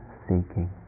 seeking